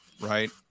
right